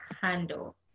handle